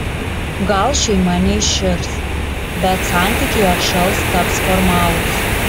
gal šeima neiširs bet santykiai atšals taps formalūs